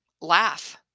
laugh